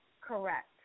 Correct